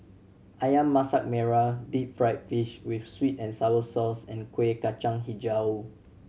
Ayam Masak Merah deep fried fish with sweet and sour sauce and Kueh Kacang Hijau